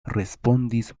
respondis